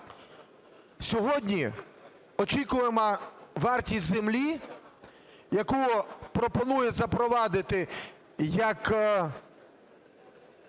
сьогодні очікуємая вартість землі, яку пропонує запровадити як